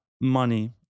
money